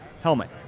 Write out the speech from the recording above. helmet